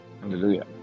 Hallelujah